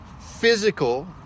physical